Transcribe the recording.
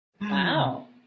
Wow